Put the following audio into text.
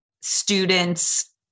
students